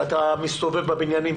ואתה מסתובב בבניינים,